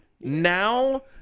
now